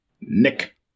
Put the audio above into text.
Nick